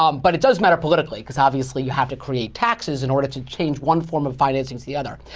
um but it does matter politically, because obviously you have to create taxes in order to change one form of financing to the other.